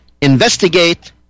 investigate